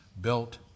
built